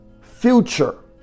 future